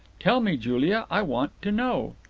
tell me, julia, i want to know.